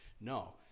no